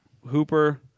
Hooper